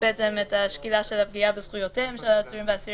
בסעיף 6 למסמך הרקע.